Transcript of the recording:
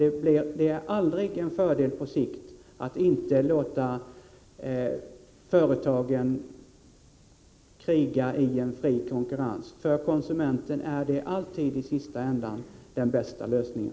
Det är aldrig en fördel på sikt att inte låta företagen kriga i en fri konkurrens. För konsumenten, som är den sista länken i kedjan, är det alltid den bästa lösningen.